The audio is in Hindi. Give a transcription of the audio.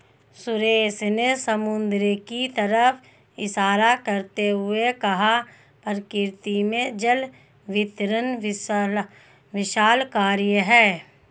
सुरेश ने समुद्र की तरफ इशारा करते हुए कहा प्रकृति में जल वितरण विशालकाय है